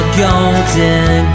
golden